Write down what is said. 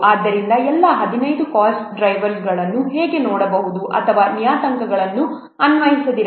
ಆದ್ದರಿಂದ ಎಲ್ಲಾ 15 ಕಾಸ್ಟ್ ಡ್ರೈವರ್ಗಳನ್ನು ಹೇಗೆ ನೋಡಬಹುದು ಅಥವಾ ಈ ನಿಯತಾಂಕಗಳು ಅನ್ವಯಿಸದಿರಬಹುದು